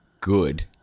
good